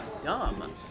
dumb